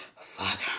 Father